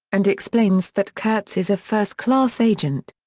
and explains that kurtz is a first-class agent.